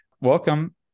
Welcome